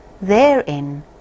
therein